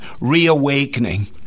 reawakening